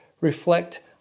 Reflect